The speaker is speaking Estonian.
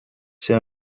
see